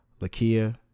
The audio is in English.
Lakia